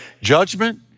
Judgment